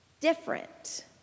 different